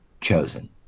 chosen